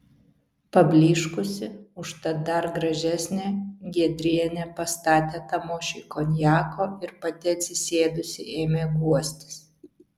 pablyškusi užtat dar gražesnė giedrienė pastatė tamošiui konjako ir pati atsisėdusi ėmė guostis